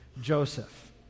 Joseph